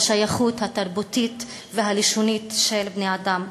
בשייכות התרבותית והלשונית של בני-אדם.